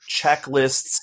checklists